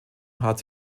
hat